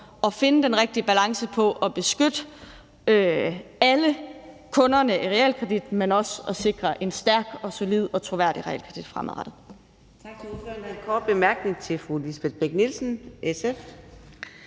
at finde den rigtige balance mellem at beskytte alle kunderne i realkreditmarkedet og at sikre et stærkt, solidt og troværdigt realkreditmarked fremadrettet.